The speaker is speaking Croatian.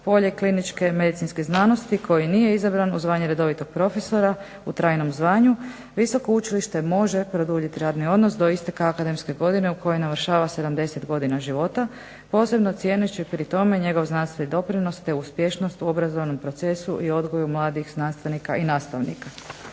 polje kliničke medicinske znanosti koji nije izabran u zvanje redovitog profesora u trajnom zvanju Visoko učilište može produljiti radni odnos do isteka akademske godine u kojoj navršava 70 godina života posebno cijeneći pri tome njegov znanstveni doprinos te uspješnost u obrazovnom procesu i odgoju mladih znanstvenika i nastavnika.